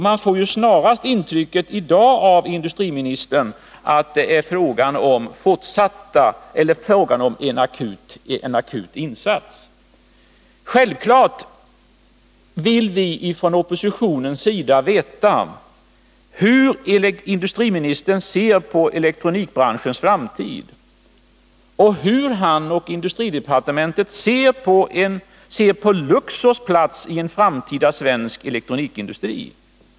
Man får ju av industriministern i dag snarast intrycket att det är fråga om en akut insats. Självfallet vill vi från oppositionens sida veta hur industriministern ser på elektronikbranschens framtid och hur han och industridepartementet ser på Luxors plats i en framtida svensk elektronikindustri.